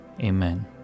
amen